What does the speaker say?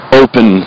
open